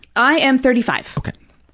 i am thirty five. okay.